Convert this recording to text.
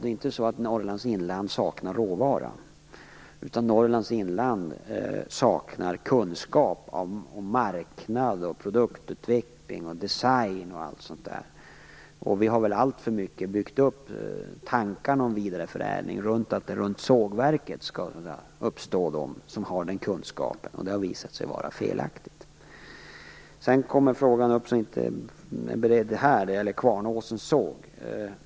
Det är ju inte så att Norrlands inland saknar råvara. I Norrlands inland saknas däremot kunskaper om marknad, produktutveckling, design osv. Vi har väl alltför mycket byggt tankarna kring en vidareförädling på att det runt ett sågverk skall finnas de som har den kunskapen. Det har dock visat sig vara felaktigt. En fråga kom upp som jag inte var beredd på. Det gäller Kvarnåsens såg.